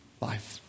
life